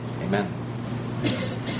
amen